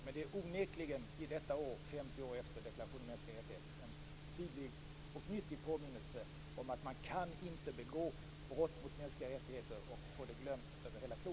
Men det är onekligen 50 år i år sedan deklarationen om mänskliga rättigheter tillkom. Det är en tydlig och nyttig påminnelse om att man inte kan begå brott mot mänskliga rättigheter och sedan få det glömt över hela klotet.